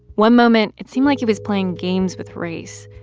one moment, it seemed like he was playing games with race.